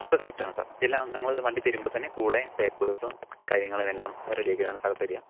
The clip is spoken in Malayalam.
ബുക്ക് കറക്റ്റ് ആണ് സർ എല്ലാം ഞങ്ങൾ വണ്ടി തരുമ്പോൾ തന്നെ കൂടെ പേപ്പഴ്സും കാര്യങ്ങളിലെല്ലാം റെഡി ആക്കിയിട്ടാണ് സർ തരിക